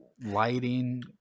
lighting